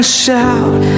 shout